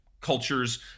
cultures